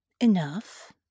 Enough